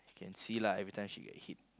and see lah every time she get hit